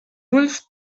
ulls